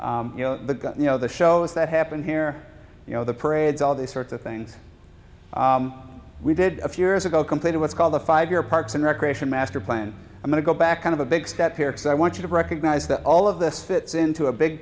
you know the guy you know the show is that happened here you know the parades all these sorts of things we did a few years ago completed what's called the five year parks and recreation master plan i'm going to go back kind of a big step here because i want you to recognize that all of this fits into a big